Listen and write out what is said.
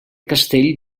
castell